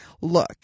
look